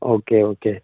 okay okay